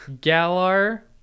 Galar